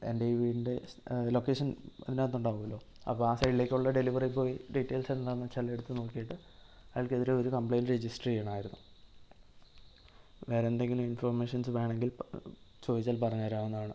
എൻ്റെ ഈ വീടിൻ്റെ സ് ലൊക്കേഷൻ അതിന്റെ അകത്ത് ഉണ്ടാവുമല്ലോ അപ്പോൾ ആ സൈഡിലേക്കുള്ള ഡെലിവറി ബോയ് ഡീറ്റെയിൽസ് എന്താണെന്ന് വെച്ചാൽ എടുത്ത് നോക്കിയിട്ട് അയാൾക്കെതിരെ ഒരു കംപ്ലൈൻറ്റ് രജിസ്റ്റർ ചെയ്യണമായിരുന്നു വേറെ എന്തെങ്കിലും ഇൻഫൊർമേഷൻസ് വേണമെങ്കിൽ ചോദിച്ചാൽ പറഞ്ഞ് തരാവുന്നതാണ്